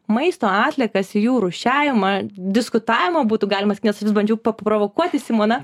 maisto atliekas jų rūšiavimą diskutavimo būtų galima nes vis bandžiau paprovokuoti simoną